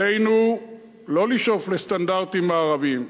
עלינו לא לשאוף לסטנדרטים מערביים,